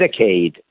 Medicaid